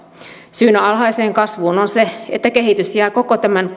syynä alhaiseen kasvuun on se että kehitys jää koko tämän